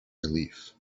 relief